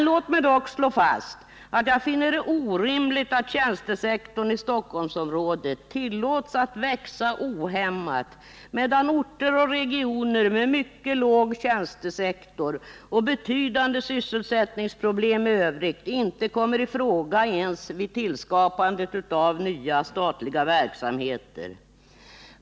Låt mig dock slå fast att jag finner det orimligt att tjänstesektorn i Stockholmsområdet tillåts växa ohämmat, medan orter och regioner med mycket låg tjänstesektor och betydande sysselsättningsproblem i övrigt inte kommer i fråga ens vid tillskapandet av nya statliga verksamheter.